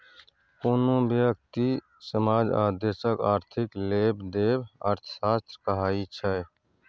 कोनो ब्यक्ति, समाज आ देशक आर्थिक लेबदेब अर्थशास्त्र कहाइ छै